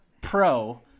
pro